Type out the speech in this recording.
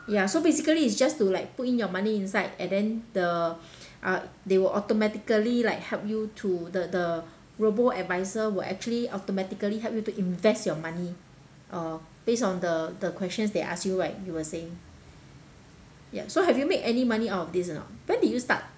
ya so basically it's just to like put in your money inside and then the uh they will automatically like help you to the the robo adviser will actually automatically help you to invest your money uh based on the the questions they ask you right you were saying yeah so have you made any money out of this or not when did you start